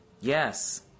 Yes